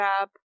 up